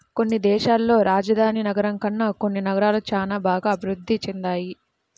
కొన్ని దేశాల్లో రాజధాని నగరం కన్నా కొన్ని నగరాలు చానా బాగా అభిరుద్ధి చెందాయి